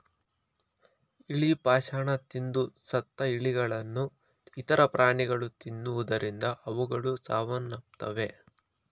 ಇಲಿ ಪಾಷಾಣ ತಿಂದು ಸತ್ತ ಇಲಿಗಳನ್ನು ಇತರ ಪ್ರಾಣಿಗಳು ತಿನ್ನುವುದರಿಂದ ಅವುಗಳು ಸಾವನ್ನಪ್ಪುತ್ತವೆ